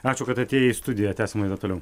ačiū kad atėjai į studiją tęsiam laidą toliau